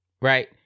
Right